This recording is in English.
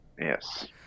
Yes